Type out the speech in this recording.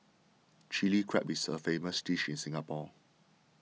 Chilli Crab is a famous dish in Singapore